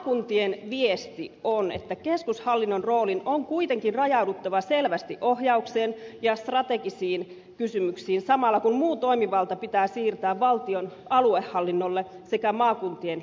maakuntien viesti on että keskushallinnon roolin on kuitenkin rajauduttava selvästi ohjaukseen ja strategisiin kysymyksiin samalla kun muu toimivalta pitää siirtää valtion aluehallinnolle sekä maakuntien liitoille